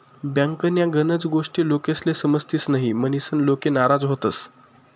बँकन्या गनच गोष्टी लोकेस्ले समजतीस न्हयी, म्हनीसन लोके नाराज व्हतंस